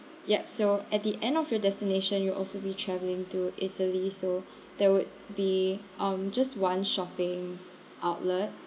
ya so at the end of your destination you'll also be travelling to italy so that would be um just one shopping outlet